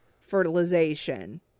fertilization